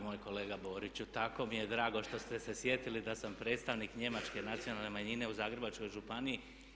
Dragi moj kolega Boriću, tako mi je drago što ste se sjetili da sam predstavnik njemačke nacionalne manjine u Zagrebačkoj županiji.